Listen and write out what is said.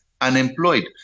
Unemployed